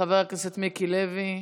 חבר הכנסת מיקי לוי,